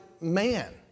man